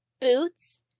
boots